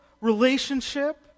Relationship